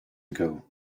ago